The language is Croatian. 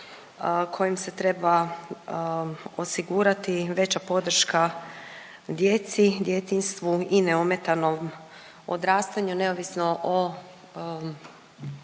kojim se treba osigurati veća podrška djeci, djetinjstvu i neometanom odrastanju neovisno o